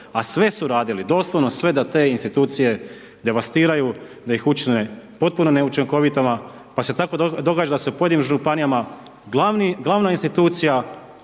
a sve su radili, doslovno sve da te institucije devastiraju, da ih čine potpuno neučinkovitima, pa se tako događa da se u pojedinim županijama, glavna institucija